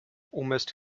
almost